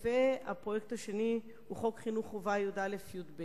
והפרויקט השני הוא חוק חינוך חובה י"א-י"ב.